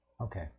Okay